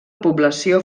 població